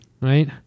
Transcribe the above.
right